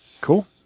Cool